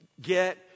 Get